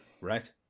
Right